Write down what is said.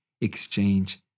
exchange